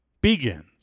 begins